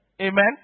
Amen